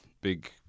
big